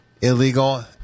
illegal